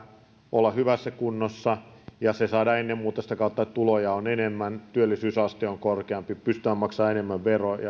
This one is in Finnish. olla hyvässä kunnossa ja se saadaan ennen muuta sitä kautta että tuloja on enemmän työllisyysaste on korkeampi ja pystytään maksamaan enemmän